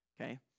okay